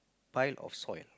pile of soil